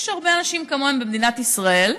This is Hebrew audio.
יש הרבה אנשים כמוהם במדינת ישראל.